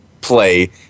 play